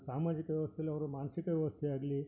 ಸಾಮಾಜಿಕ ವ್ಯವಸ್ಥೆಯಲ್ಲಿ ಅವ್ರ ಮಾನಸಿಕ ವ್ಯವಸ್ಥೆ ಆಗಲೀ